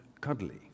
cuddly